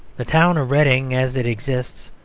the town of reading, as it exists,